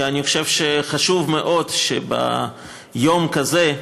אני חושב שחשוב מאוד שביום כזה,